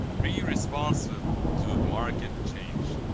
be responsive to market change.